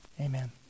Amen